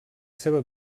seva